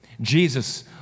Jesus